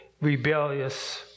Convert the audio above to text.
rebellious